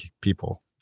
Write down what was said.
people